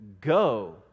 go